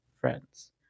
friends